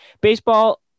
baseball